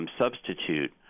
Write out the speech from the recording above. substitute